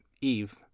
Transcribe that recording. Eve